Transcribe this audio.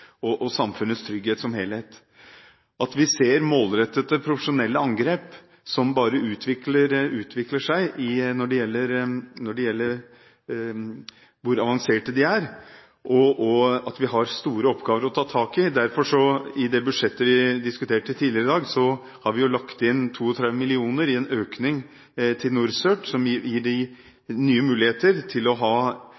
og samfunnets trygghet, at vi ser målrettede profesjonelle angrep som bare utvikler seg når det gjelder hvor avanserte de er, og at vi har store oppgaver å ta tak i. Derfor har vi i det budsjettet vi diskuterte tidligere i dag, lagt inn 32 mill. kr til NorCERT, som gir dem nye muligheter til å ha en skikkelig, døgnkontinuerlig drift og til å foreta en bedre analyse av det enkelte angrep. Dermed blir de